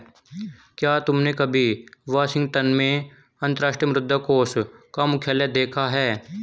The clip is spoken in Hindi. क्या तुमने कभी वाशिंगटन में अंतर्राष्ट्रीय मुद्रा कोष का मुख्यालय देखा है?